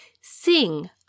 Sing